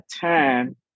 time